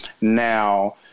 Now